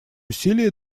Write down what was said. усилия